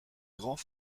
grands